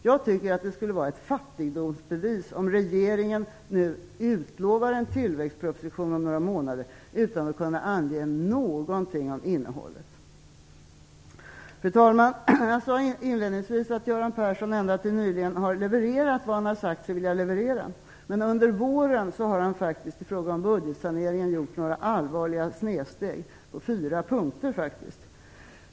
Jag tycker att det skulle vara ett fattigdomsbevis om regeringen utlovar en tillväxtproposition om några månader, utan att kunna ange någonting om innehållet. Fru talman! Jag sade inledningsvis att Göran Persson ända till nyligen har levererat vad han har sagt sig vilja leverera. Men under våren har han i fråga om budgetsaneringen gjort några allvarliga snedsteg, faktiskt på fyra punkter.